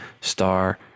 star